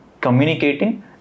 communicating